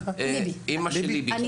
אימא של ליבי.